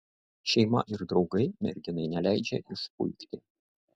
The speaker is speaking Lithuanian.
šeima ir draugai merginai neleidžia išpuikti